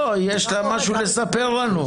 לא, יש לה משהו לספר לנו.